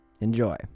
Enjoy